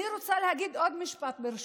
אני רוצה להגיד עוד משפט, ברשותך.